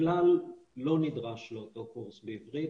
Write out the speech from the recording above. הכלל לא נדרש לאותו קורס בעברית,